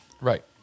Right